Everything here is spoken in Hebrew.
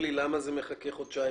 זה מחכה חודשיים?